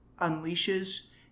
unleashes